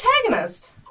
protagonist